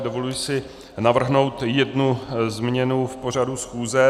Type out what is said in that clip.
Dovoluji si navrhnout jednu změnu v pořadu schůze.